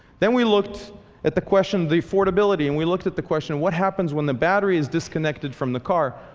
then we looked at the question of the affordability. and we looked at the question, what happens when the battery is disconnected from the car.